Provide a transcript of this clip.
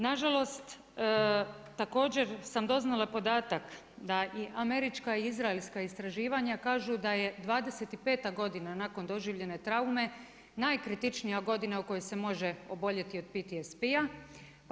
Nažalost, također sam doznala podatak, da i američka i izraelska istraživanja kažu da je 25 godina nakon doživljene traume, najkritičnija godina u kojoj se može oboljeti od PTSP-a.